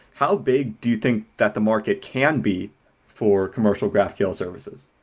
how big do you think that the market can be for commercial graphql services?